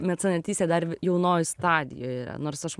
mecenatystė dar jaunoj stadijoj yra nors aš